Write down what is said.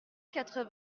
quatre